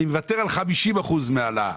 אני מוותר על 50% מהעלאה.